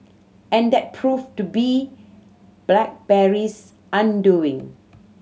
and that proved to be BlackBerry's undoing